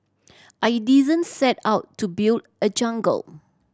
I didn't set out to build a jungle